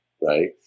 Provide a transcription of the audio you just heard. right